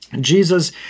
Jesus